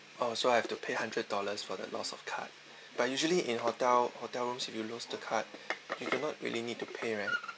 oh so I have to pay hundred dollars for the loss of card but usually in hotel hotel rooms if you lose the card you cannot really need to pay right